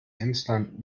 emsland